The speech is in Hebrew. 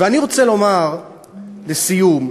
ואני רוצה לומר, לסיום,